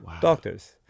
doctors